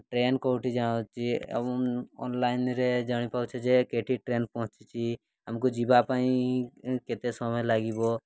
train କେଉଁଠି ଯାଉଛି ଏବଂ ଅନ୍ଲାଇନ୍ରେ ଜାଣିପାରୁଛେ ଯେ କେଉଁଠି ଟ୍ରେନ୍ ପହଞ୍ଚିଛି ଆମକୁ ଯିବା ପାଇଁ କେତେ ସମୟ ଲାଗିବ